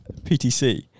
PTC